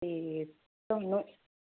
ਤੇ ਥੋਨੂੰ